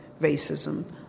racism